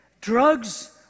drugs